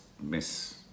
miss